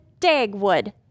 Dagwood